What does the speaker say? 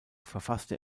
verfasste